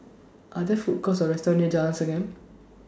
Are There Food Courts Or restaurants near Jalan Segam